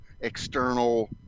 External